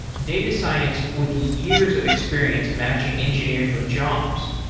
data science with years of experience matching engineers with jobs,